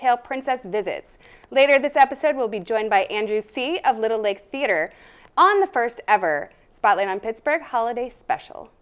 tale princess visit later this episode will be joined by andrew theory of little league theater on the first ever spotlight on pittsburgh holiday special